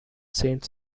saint